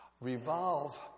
revolve